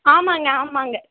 ஆமாங்க ஆமாங்க